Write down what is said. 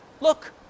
Look